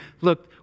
look